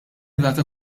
rata